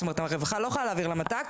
זאת אומרת, הרווחה לא יכולה להעביר למת"ק.